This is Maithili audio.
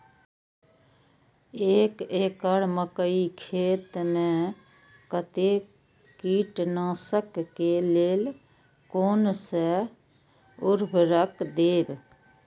एक एकड़ मकई खेत में कते कीटनाशक के लेल कोन से उर्वरक देव?